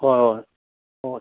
ꯍꯣꯏ ꯍꯣꯏ ꯍꯣꯏ